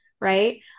right